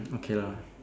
okay lah